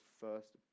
first